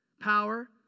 power